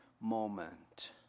moment